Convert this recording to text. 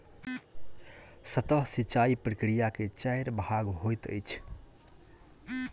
सतह सिचाई प्रकिया के चाइर भाग होइत अछि